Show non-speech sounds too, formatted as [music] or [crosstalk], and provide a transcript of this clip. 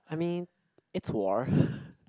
I mean it's war [laughs]